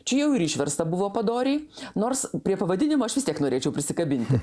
čia jau ir išversta buvo padoriai nors prie pavadinimo aš vis tiek norėčiau prisikabinti